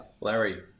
Larry